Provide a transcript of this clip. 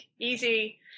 easy